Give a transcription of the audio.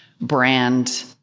brand